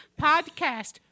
podcast